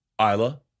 Isla